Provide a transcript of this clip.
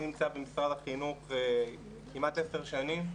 אני נמצא במשרד החינוך כמעט עשר שנים.